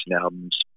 albums